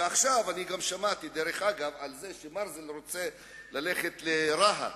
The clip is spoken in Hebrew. עכשיו גם שמעתי שמרזל רוצה ללכת לרהט,